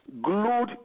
glued